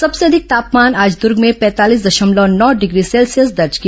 सबसे अधिक तापमान आज दूर्ग में पैंतालीस दशमलव नौ डिग्री सेल्सियस दर्ज किया